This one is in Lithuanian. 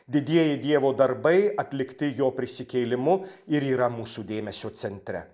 didieji dievo darbai atlikti jo prisikėlimu ir yra mūsų dėmesio centre